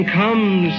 comes